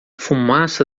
fumaça